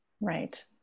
Right